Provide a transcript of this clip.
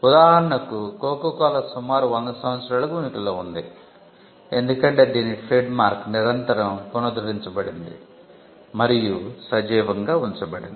ఉదాహరణకు కోకాకోలా సుమారు 100 సంవత్సరాలుగా ఉనికిలో ఉంది ఎందుకంటే దీని ట్రేడ్మార్క్ నిరంతరం పునరుద్ధరించబడింది మరియు సజీవంగా ఉంచబడింది